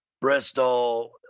Bristol